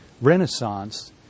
Renaissance